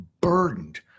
burdened